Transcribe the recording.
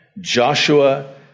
Joshua